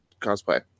cosplay